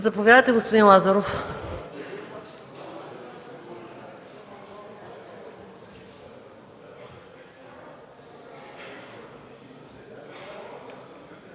Заповядайте, господин Лазаров.